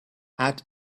add